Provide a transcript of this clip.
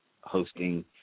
hosting